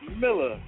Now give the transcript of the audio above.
Miller